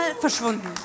verschwunden